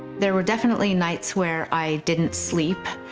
there were definitely nights where i didn't sleep.